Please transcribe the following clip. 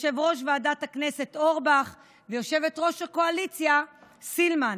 יו"ר ועדת הכנסת אורבך ויושבת-ראש הקואליציה סילמן.